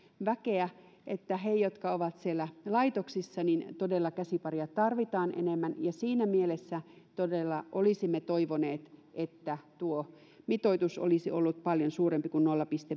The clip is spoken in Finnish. väkeä että heille jotka ovat siellä laitoksissa todella käsipareja tarvitaan enemmän ja siinä mielessä todella olisimme toivoneet että tuo mitoitus olisi tässä vaiheessa ollut paljon suurempi kuin nolla pilkku